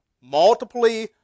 multiply